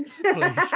please